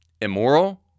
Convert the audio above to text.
immoral